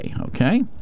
Okay